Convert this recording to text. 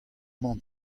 mañ